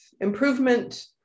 improvement